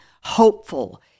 hopeful